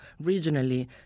regionally